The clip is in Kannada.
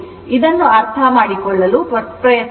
ಇದನ್ನು ಅರ್ಥಮಾಡಿಕೊಳ್ಳಲು ಪ್ರಯತ್ನಿಸಿ